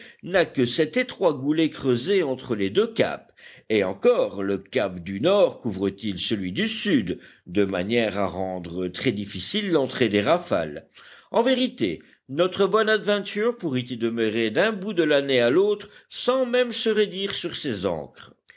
n'a que cet étroit goulet creusé entre les deux caps et encore le cap du nord couvre t il celui du sud de manière à rendre très difficile l'entrée des rafales en vérité notre bonadventure pourrait y demeurer d'un bout de l'année à l'autre sans même se raidir sur ses ancres